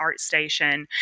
ArtStation